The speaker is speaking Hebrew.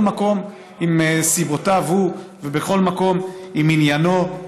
כל מקום מסיבותיו הוא וכל מקום עם עניינו.